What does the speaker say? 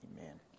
amen